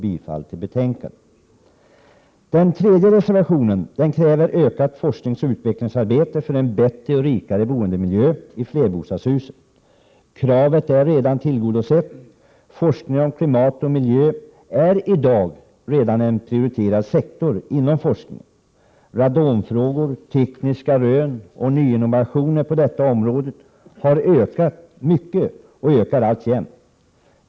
I den tredje reservationen krävs ett ökat forskningsoch utvecklingsarbete för en bättre och rikare boendemiljö i flerbostadshus. Kravet är redan tillgodosett. Forskning om klimat och miljö är redan i dag prioriterad. Det gäller bl.a. radonfrågorna, och de tekniska rönen och innovationerna på detta område har ökat starkt och ökar alltjämt.